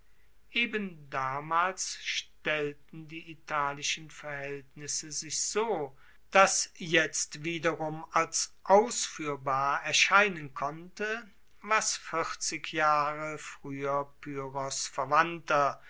eben damals stellten die italischen verhaeltnisse sich so dass jetzt wiederum als ausfuehrbar erscheinen konnte was vierzig jahre frueher pyrrhos verwandter